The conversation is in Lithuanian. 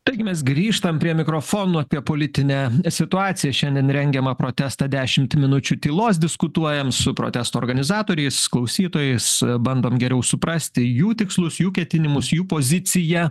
taigi mes grįžtam prie mikrofono apie politinę situaciją šiandien rengiamą protestą dešimt minučių tylos diskutuojam su protesto organizatoriais klausytojais bandom geriau suprasti jų tikslus jų ketinimus jų poziciją